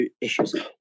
issues